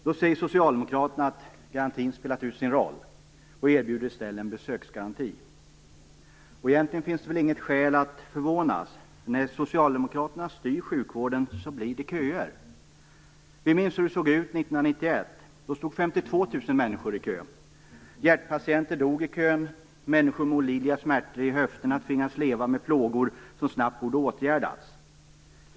Då säger socialdemokraterna att garantin spelat ut sin roll, och erbjuder i stället en besöksgaranti. Egentligen finns inget skäl att förvånas. När socialdemokraterna styr sjukvården blir det köer. Vi minns hur det såg ut 1991. Då stod 52 000 människor i kö. Hjärtpatienter dog i kön, människor med olidliga smärtor i höfterna tvingades leva med plågor som snabbt borde åtgärdats.